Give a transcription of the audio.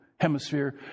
Hemisphere